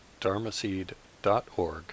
dharmaseed.org